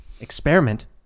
experiment